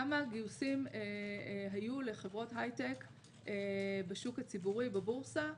כמה גיוסים היו לחברות הייטק בשוק הציבורי בבורסה.